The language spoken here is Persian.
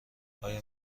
آیا